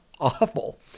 awful